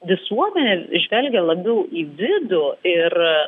visuomenė žvelgia labiau į vidų ir